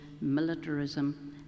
militarism